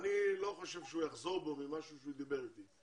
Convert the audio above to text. ואני לא חושב שהוא יחזור בו ממשהו שהוא דיבר איתי.